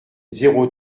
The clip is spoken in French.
zéro